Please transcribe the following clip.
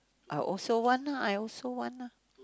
I also want ah I also want ah